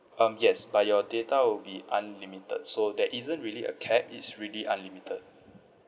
um yes but your data will be unlimited so there isn't really a cap it's already unlimited